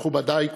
מכובדי כולכם,